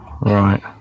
right